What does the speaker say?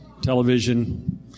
television